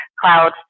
cloud